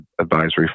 advisory